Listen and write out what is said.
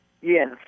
Yes